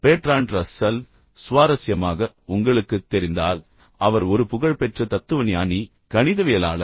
Bertrand Russell சுவாரஸ்யமாக உங்களுக்குத் தெரிந்தால் அவர் ஒரு புகழ்பெற்ற தத்துவஞானி கணிதவியலாளர்